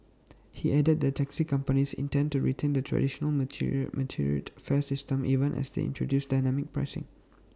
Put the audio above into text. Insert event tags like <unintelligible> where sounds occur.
he added that taxi companies intend to retain the traditional <unintelligible> metered fare system even as they introduce dynamic pricing